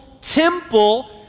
temple